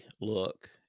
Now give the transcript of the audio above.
look